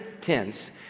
tense